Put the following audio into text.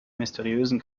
mysteriösen